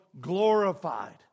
glorified